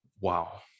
wow